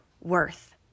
worth